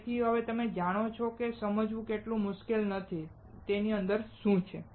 તેથી હવે તમે જાણો છો કે તે સમજવું એટલું મુશ્કેલ નથી તેની અંદર શું છે